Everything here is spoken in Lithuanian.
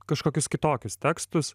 kažkokius kitokius tekstus